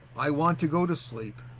i want to go to sleep!